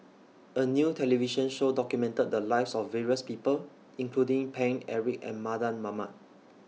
A New television Show documented The Lives of various People including Paine Eric and Mardan Mamat